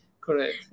Correct